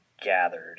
gathered